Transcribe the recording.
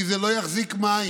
כי זה לא יחזיק מים.